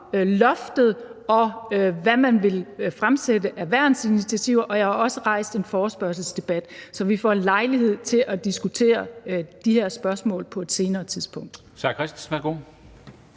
loftet og om, hvad man vil fremsætte af værnsinitiativer, og jeg har også rejst en forespørgselsdebat, så vi får lejlighed til at diskutere de her spørgsmål på et senere tidspunkt.